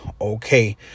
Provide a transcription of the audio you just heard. okay